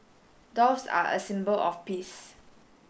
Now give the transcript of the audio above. doves are a symbol of peace